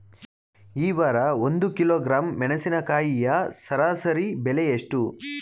ಈ ವಾರ ಒಂದು ಕಿಲೋಗ್ರಾಂ ಮೆಣಸಿನಕಾಯಿಯ ಸರಾಸರಿ ಬೆಲೆ ಎಷ್ಟು?